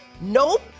Nope